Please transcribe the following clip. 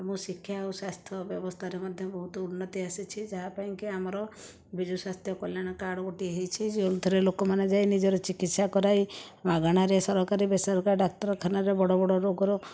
ଏବଂ ଶିକ୍ଷା ଏବଂ ସ୍ୱାସ୍ଥ୍ୟ ବ୍ୟବସ୍ଥାରେ ମଧ୍ୟ ବହୁତ ଉନ୍ନତି ଆସିଛି ଯାହା ପାଇଁକି ଆମର ବିଜୁ ସ୍ୱାସ୍ଥ୍ୟ କଲ୍ୟାଣ କାର୍ଡ଼ ଗୋଟିଏ ହୋଇଛି ଯେଉଁଥିରେ ଲୋକମାନେ ଯାଇ ନିଜର ଚିକିତ୍ସା କରାଇ ମାଗଣାରେ ସରକାରୀ ବେସରକାରୀ ଡାକ୍ତରଖାନାର ବଡ଼ ବଡ଼ ରୋଗର